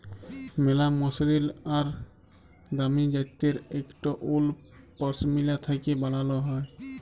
ম্যালা মসরিল আর দামি জ্যাত্যের ইকট উল পশমিলা থ্যাকে বালাল হ্যয়